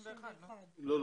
31. לא,